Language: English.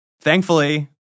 Thankfully